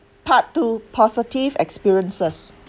part two positive experiences